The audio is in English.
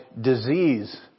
disease